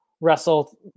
wrestle